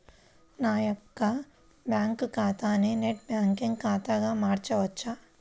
నా యొక్క బ్యాంకు ఖాతాని నెట్ బ్యాంకింగ్ ఖాతాగా మార్చవచ్చా?